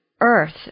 earth